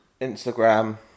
Instagram